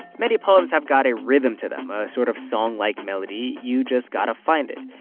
many poems have got a rhythm to them, a sort of song-like melody. you just got to find it.